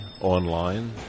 online